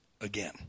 again